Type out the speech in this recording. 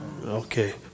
okay